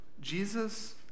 Jesus